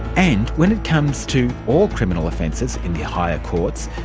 and when it comes to all criminal offences in the higher courts,